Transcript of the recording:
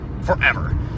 forever